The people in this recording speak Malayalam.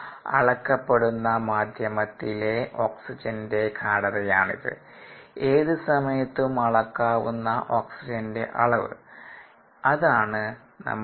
അളക്കപ്പെടുന്ന മാധ്യമത്തിലെ ഓക്സിജന്റെ ഗാഢതയാണിത് ഏത് സമയത്തും അളക്കാവുന്ന ഓക്സിജന്റെ അളവ് അതാണ് നമ്മുടെ DO